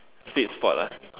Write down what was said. sweet spot lah